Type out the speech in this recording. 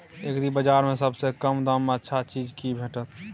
एग्रीबाजार में सबसे कम दाम में अच्छा चीज की भेटत?